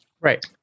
Right